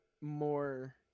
more